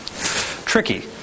Tricky